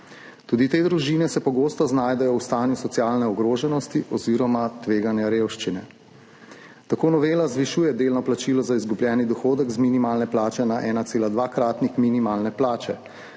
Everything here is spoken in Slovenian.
Tudi te družine se pogosto znajdejo v stanju socialne ogroženosti oziroma tveganja revščine. Tako novela zvišuje delno plačilo za izgubljeni dohodek z minimalne plače na 1,2-kratnik minimalne plače.